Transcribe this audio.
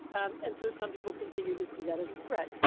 and and so some people continue to see that as a threat.